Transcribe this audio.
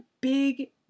big